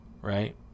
right